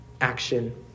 action